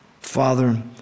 Father